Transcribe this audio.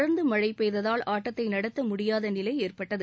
தொடா்ந்து மழை பெய்ததால் ஆட்டத்தை நடத்த முடியாத நிலை ஏற்பட்டது